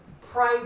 pray